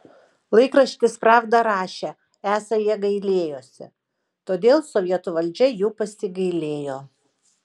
laikraštis pravda rašė esą jie gailėjosi todėl sovietų valdžia jų pasigailėjo